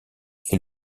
est